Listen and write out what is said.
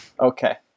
Okay